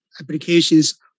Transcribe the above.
applications